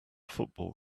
football